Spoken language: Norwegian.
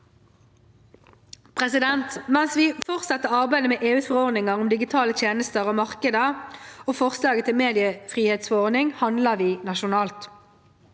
489 Mens vi fortsetter arbeidet med EUs forordninger om digitale tjenester og markeder og forslaget til mediefrihetsforordning, handler vi nasjonalt.